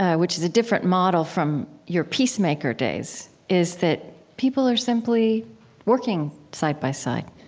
which is a different model from your peacemaker days, is that people are simply working, side by side.